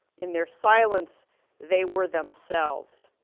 in their silence they were themselves.